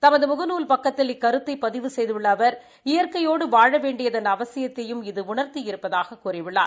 தமது முகநூல் பக்கத்தில் இக்கருத்தை பதிவு செய்துள்ள அவர் இயற்கையோடு வாழ வேண்டியதன் அவசியத்தையும் இது உணா்த்தி இருப்பதாகக் கூறியுள்ளார்